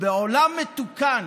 בעולם מתוקן